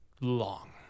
long